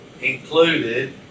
included